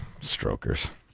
strokers